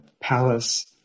palace